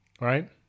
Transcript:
Right